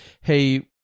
hey